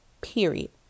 period